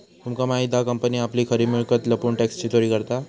तुमका माहित हा कंपनी आपली खरी मिळकत लपवून टॅक्सची चोरी करता